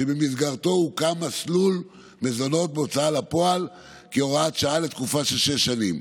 שבמסגרתו הוקם מסלול מזונות בהוצאה לפועל כהוראת שעה לתקופה של שש שנים.